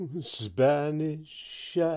Spanish